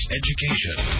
education